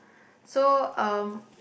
so um